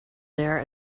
there